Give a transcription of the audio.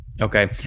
Okay